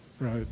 right